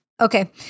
Okay